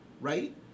right